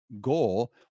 goal